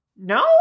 no